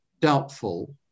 doubtful